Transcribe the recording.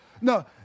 No